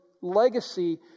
legacy